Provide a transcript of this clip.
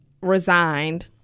resigned